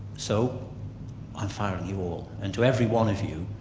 so i'm firing you all. and to every one of you,